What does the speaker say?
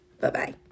Bye-bye